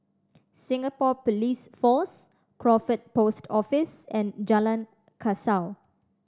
Singapore Police Force Crawford Post Office and Jalan Kasau